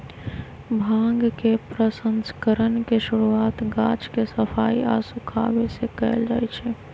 भांग के प्रसंस्करण के शुरुआत गाछ के सफाई आऽ सुखाबे से कयल जाइ छइ